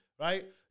right